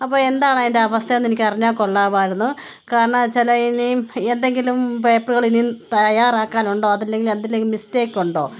അപ്പോൾ എന്താണ് അതിന്റെ അവസ്ഥയെന്ന് എനിക്കറിഞ്ഞാൽ കൊള്ളാമായിരുന്നു കാരണമെന്നുവെച്ചാൽ ഇനി എന്തെങ്കിലും പേപ്പറുകളിനി തയ്യാറാക്കാനുണ്ടോ അതല്ലെങ്കിൽ അതിലിനി മിസ്റ്റേക്കുണ്ടോ